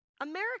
America